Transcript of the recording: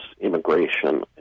immigration